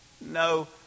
No